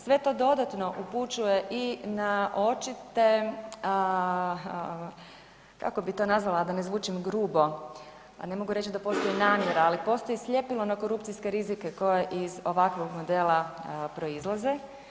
Sve to dodatno upućuje i na očite, kako bi to nazvala, a da ne zvučim grubo, a ne mogu reći da postoji namjera, ali postoji sljepilo na korupcijske rizike koje iz ovakvog modela proizlaze.